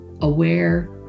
aware